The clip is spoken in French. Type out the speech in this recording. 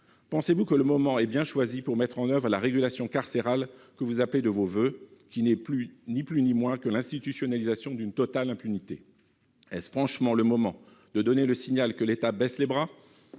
Pensez-vous que le moment est bien choisi pour mettre en oeuvre la « régulation carcérale » que vous appelez de vos voeux, qui n'est ni plus ni moins que l'institutionnalisation d'une totale impunité ? Est-ce le moment de donner le signal que l'État baisse les bras ?